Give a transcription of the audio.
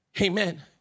Amen